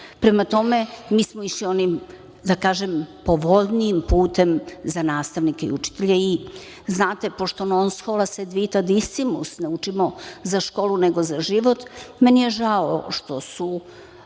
Prema tome, mi smo išli onim, da kažem povoljnijim putem za nastavnike i učitelje. Znate, pošto „Non scholae, sed vitae discimus“, ne učimo za školu nego za život. Meni je žao što su